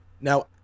Now